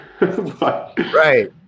Right